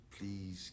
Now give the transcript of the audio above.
Please